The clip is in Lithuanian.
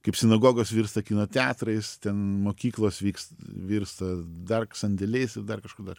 kaip sinagogos virsta kino teatrais mokyklos vyks virsta dar sandėliais ir dar kažkuo dar